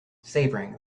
savouring